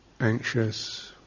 anxious